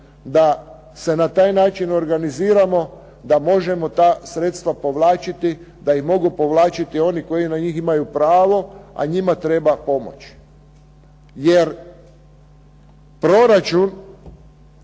da se na taj način organiziramo, da možemo ta sredstva povlačiti, da ih mogu povlačiti koji na njih imaju pravo, a njima treba pomoć. Jer proračun,